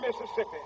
mississippi